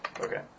Okay